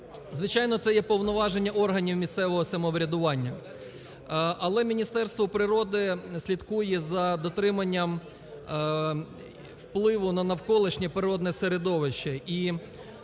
Звичайно, це є повноваження органів місцевого самоврядування, але Міністерство природи слідкує за дотриманням впливу на навколишнє природне середовище,